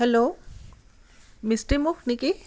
hello মিষ্টিমুখ নেকি